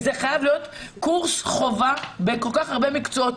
זה חייב להיות קורס חובה בכל כך הרבה מקצועות.